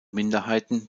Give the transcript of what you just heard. minderheiten